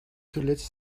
zuletzt